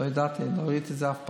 לא ידעתי, לא ראיתי את זה אף פעם.